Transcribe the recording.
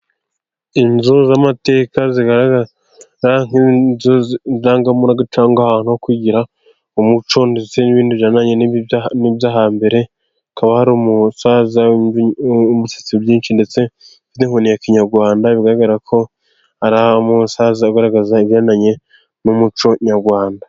Inzu z'amateka zigaragara nk'inzu ndangamurage cyangwa ahantu ho kwigira umuco ndetse n'ibindi bigendanye nibyo hambere, hakaba hari umusaza w'umusatsi myinshi ndetse ufite n'inkonki ya kinyarwanda, bigaragara ko ari umumusaza ugaragaza ibigendanye n'umuco nyarwanda.